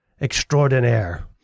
extraordinaire